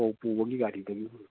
ꯐꯧ ꯄꯨꯕꯒꯤ ꯒꯥꯔꯤꯗꯨꯒꯤꯗꯤ